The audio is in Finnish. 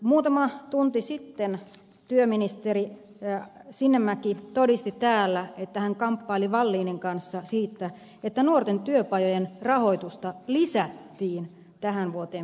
muutama tunti sitten työministeri sinnemäki todisti täällä että hän kamppaili wallinin kanssa siitä että nuorten työpajojen rahoitusta lisättiin tähän vuoteen verrattuna